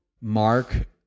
mark